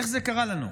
איך זה קרה לנו?